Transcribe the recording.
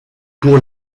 pour